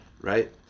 right